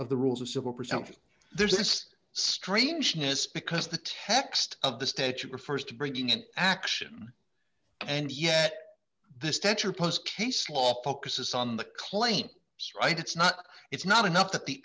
of the rules of civil presented there's this strangeness because the text of the statute refers to breaking an action and yet the stature post case law focuses on the claim right it's not it's not enough that the